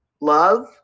love